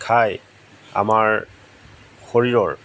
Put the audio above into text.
খাই আমাৰ শৰীৰৰ